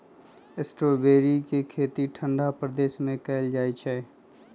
strawberry के खेती ठंडा प्रदेश में कएल जाइ छइ